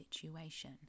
situation